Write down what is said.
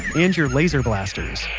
and your laser blasters.